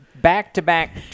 back-to-back